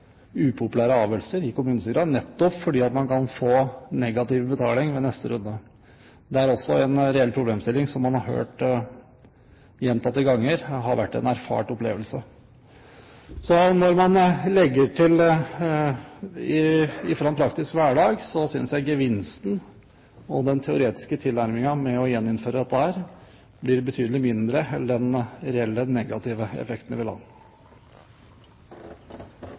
upopulære avgjørelser i kommunestyrene nettopp fordi man kan få negativ betaling ved neste runde. Det er også en reell problemstilling som man har hørt, gjentatte ganger, har vært en erfart opplevelse. Så når man legger til dette, fra en praktisk hverdag, synes jeg gevinsten – og den teoretiske tilnærmingen – ved å gjeninnføre dette blir betydelig mindre enn den reelle negative effekten det vil ha.